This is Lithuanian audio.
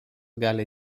gali